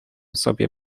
sobie